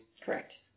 Correct